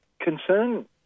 concern